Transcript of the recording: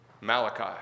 Malachi